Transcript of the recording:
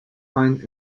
find